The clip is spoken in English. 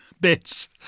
bits